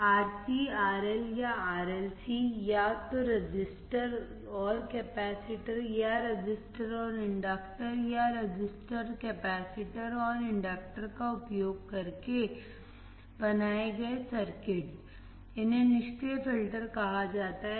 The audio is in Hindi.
RC RL या RLC या तो रजिस्टर और कैपेसिटर या रजिस्टर और इंडक्टर या रजिस्टर कैपेसिटर और इंडक्टर का उपयोग करके बनाए गए सर्किट इन्हें निष्क्रिय फिल्टर कहा जाता है